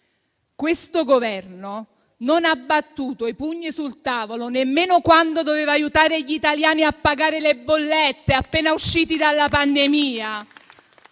Questo Governo non ha battuto i pugni sul tavolo nemmeno quando doveva aiutare gli italiani a pagare le bollette, appena usciti dalla pandemia.